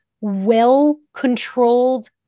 well-controlled